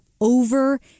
over